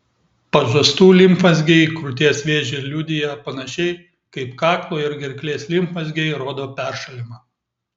pažastų limfmazgiai krūties vėžį liudija panašiai kaip kaklo ir gerklės limfmazgiai rodo peršalimą